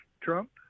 Trump